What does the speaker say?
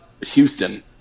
Houston